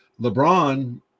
LeBron